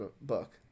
book